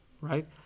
right